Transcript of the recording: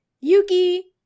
yuki